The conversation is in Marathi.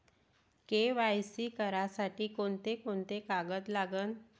के.वाय.सी करासाठी कोंते कोंते कागद लागन?